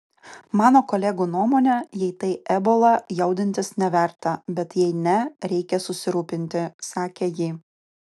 mano kolegų nuomone jei tai ebola jaudintis neverta bet jei ne reikia susirūpinti sakė ji